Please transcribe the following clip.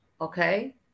Okay